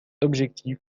objectif